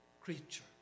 creature